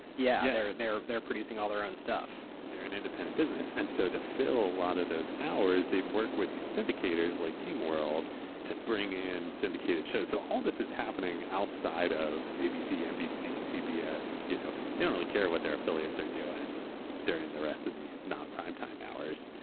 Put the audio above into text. yeah they're they're producing all their own stuff. they're an independent business, and so to fill a lot of those hours, they'd work with these indicators like king world to bring in syndicated shows. so all this is happening outside of abc, nbc, and cbs. you know they don't really care what their affiliates are doing during the rest of the non-primetime hours.